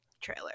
trailer